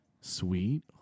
Sweet